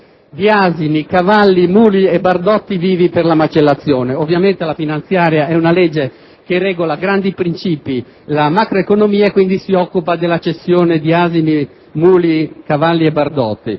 di asini, cavalli, muli e bardotti vivi per la macellazione. Ovviamente la finanziaria è una legge che regola grandi principi, la macroeconomia e quindi si occupa della cessione di asini, muli, cavalli e bardotti.